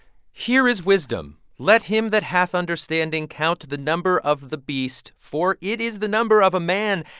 here is wisdom. let him that hath understanding count the number of the beast, for it is the number of a man.